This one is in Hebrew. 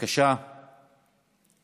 1554